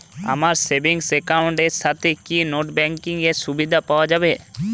আমার savings account এর সাথে কি নেটব্যাঙ্কিং এর সুবিধা পাওয়া যাবে?